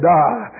die